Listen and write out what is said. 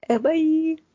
Bye